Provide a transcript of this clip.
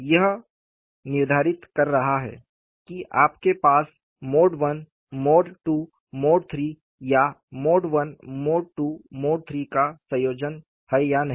यही यह निर्धारित कर रहा है कि आपके पास mode I mode II mode III या mode I mode II mode III का संयोजन है या नहीं